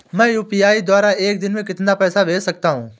मैं यू.पी.आई द्वारा एक दिन में कितना पैसा भेज सकता हूँ?